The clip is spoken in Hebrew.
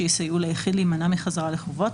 שיסייעו ליחיד להימנע מחזרה לחובות,